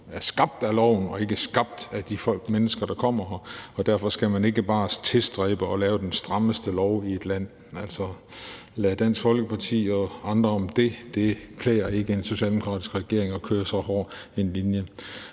er skabt af loven og ikke er skabt af de mennesker, der kommer her. Og derfor skal man ikke bare tilstræbe at lave den strammeste lov i et land. Altså, lad Dansk Folkeparti og andre om det. Det klæder ikke en socialdemokratisk regering at køre så hård en linje.